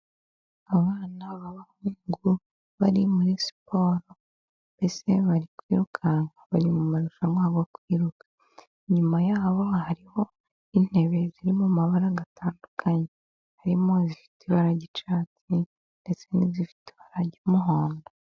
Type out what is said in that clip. Abana b'abahungu bari muri siporo, mbese bari kwirukanka bari mu marushanwa yo kwiruka. Inyuma yaho hariho intebe zirimo amabara atandukanye harimo izifite ibara ry'icyatsi ndetse n'izifite ibara ry'umuhondo.